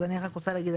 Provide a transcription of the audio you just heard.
אז אני רק רוצה להגיד,